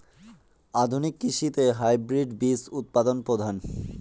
আধুনিক কৃষিতে হাইব্রিড বীজ উৎপাদন প্রধান